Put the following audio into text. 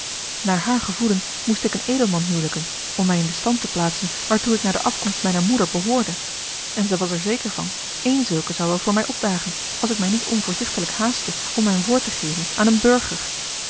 naar haar gevoelen moest ik een edelman hijliken om mij in den stand te plaatsen waartoe ik naar de afkomst mijner moeder behoorde en zij was er zeker van een zulke zou wel voor mij opdagen als ik mij niet onvoorzichtiglijk haastte om mijn woord te geven aan een burger